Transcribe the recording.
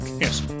Yes